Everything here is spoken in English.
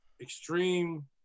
extreme